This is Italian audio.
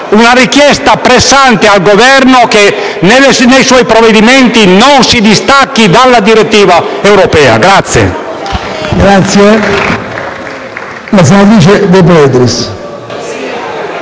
una richiesta pressante al Governo affinché nei suoi provvedimenti non si distacchi dalla direttiva europea.